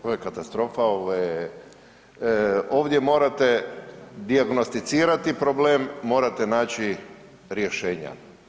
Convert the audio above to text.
Ovo je katastrofa, ovo je, ovdje morate dijagnosticirati problem, morate naći rješenja.